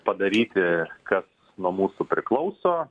padaryti kas nuo mūsų priklauso